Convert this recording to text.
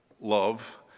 love